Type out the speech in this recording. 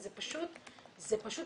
זה פשוט